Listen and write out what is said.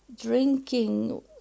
drinking